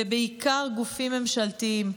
ובעיקר גופים ממשלתיים.